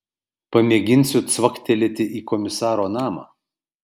pamėginsiu cvaktelėti į komisaro namą